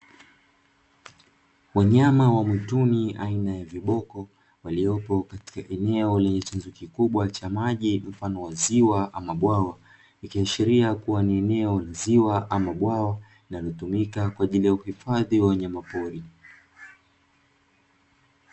Wanyama wa mwituni aina ya viboko waliopo katika eneo lenye chanzo kikubwa cha maji mfano wa ziwa ama bwawa, ikiashiria kuwa ni eneo la ziwa ama bwawa linalotumika kwa ajili ya uhifadhi wa wanyama pori.